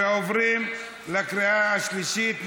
עוברים לקריאה השלישית.